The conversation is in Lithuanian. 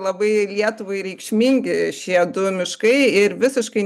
labai lietuvai reikšmingi šie du miškai ir visiškai